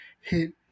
hit